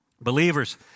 Believers